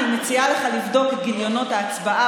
אני מציעה לך לבדוק את גיליונות ההצבעה